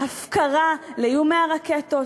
הפקרה לאיומי הרקטות,